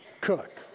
Cook